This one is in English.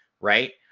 right